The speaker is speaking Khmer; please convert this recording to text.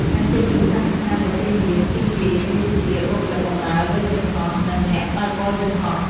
អាជីពសំខាន់ៗដែលគេនិយមជាងគេមានដូចជា បុគ្គលិកបម្រើលើយន្តហោះ និង អ្នកបើកបរយន្តហោះ។